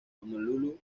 honolulu